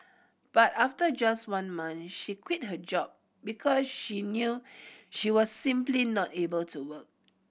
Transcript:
but after just one month she quit her job because she knew she was simply not able to work